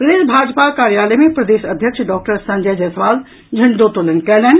प्रदेश भाजपा कार्यालय मे प्रदेश अध्यक्ष डॉक्टर संजय जायसवाल झंडोत्तोलन कयलनि